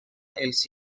els